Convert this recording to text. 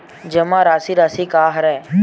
जमा राशि राशि का हरय?